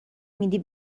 میدی